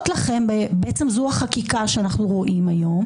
וזו החקיקה שאנחנו רואים היום,